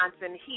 Johnson